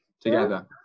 together